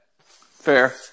fair